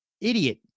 idiot